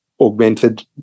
augmented